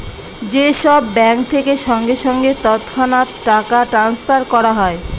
যে সব ব্যাঙ্ক থেকে সঙ্গে সঙ্গে তৎক্ষণাৎ টাকা ট্রাস্নফার করা হয়